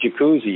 jacuzzi